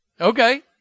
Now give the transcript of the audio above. Okay